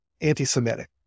anti-Semitic